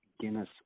Guinness